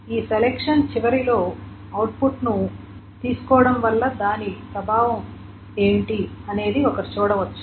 ఈ సెలెక్షన్ చివరిలో అవుట్పుట్ ని తీస్కోటం వల్ల దాని ప్రభావం ఏమిటి అనేది ఒకరు చూడవచ్చు